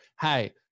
hey